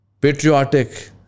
patriotic